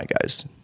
guys